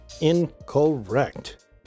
incorrect